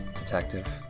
detective